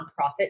nonprofit